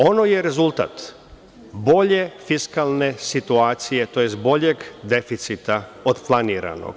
Ona je rezultat bolje fiskalne situacije, tj. boljeg deficita od planiranog.